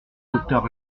docteur